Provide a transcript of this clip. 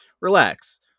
relax